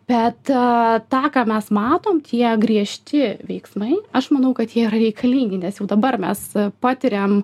bet tą ką mes matom tie griežti veiksmai aš manau kad jie yra reikalingi nes jau dabar mes patiriam